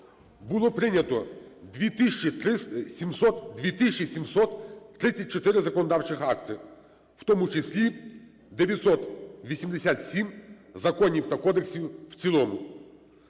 було прийнято 2734 законодавчих актів, в тому числі 987 законів та кодексів в цілому.